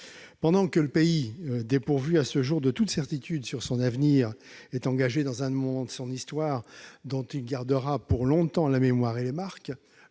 pendant que le pays, dépourvu à ce jour de toute certitude sur son avenir, est engagé dans un moment de son histoire dont il gardera pour longtemps la mémoire et les marques,